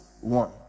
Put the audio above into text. one